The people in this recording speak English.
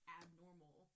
abnormal